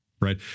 Right